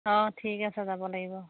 অঁ ঠিক আছে যাব লাগিব